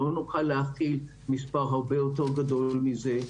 לא נוכל להכיל מספר הרבה יותר גדול מזה.